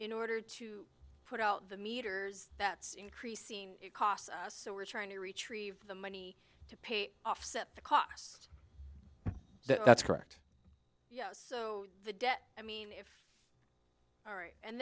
in order to put out the meters that's increasing it costs us so we're trying to retrieve the money to pay offset the costs that's correct yes so the debt i mean if all right and